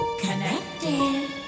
connected